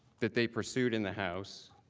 that they pursued in the house